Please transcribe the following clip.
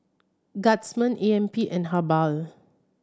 Guardsman A M P and Habhal